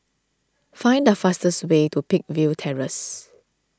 find the fastest way to Peakville Terrace